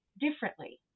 differently